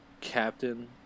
Captain